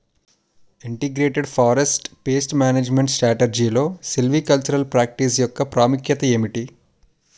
Integrated forest pest management స్ట్రాటజీలో silvicultural practice యెక్క ప్రాముఖ్యత ఏమిటి??